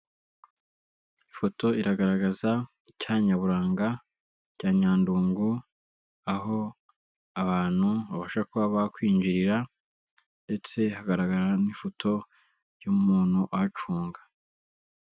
Ifoto iragaragaza icyanya nyaburanga cya Nyandungu, aho abantu babasha kuba bakwinjirira, ndetse hagaragara n'ifoto y'umuntu uhacunga.